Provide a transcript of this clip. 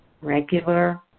regular